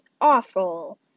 awful